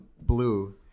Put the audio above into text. blue